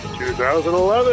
2011